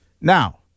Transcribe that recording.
Now